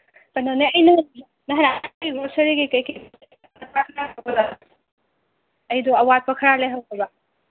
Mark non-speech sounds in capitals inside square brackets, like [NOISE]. ꯀꯩꯅꯣꯅꯦ ꯑꯩꯅ [UNINTELLIGIBLE] ꯑꯩꯗꯣ ꯑꯋꯥꯠꯄ ꯈꯔ ꯂꯩꯍꯧꯔꯦꯕ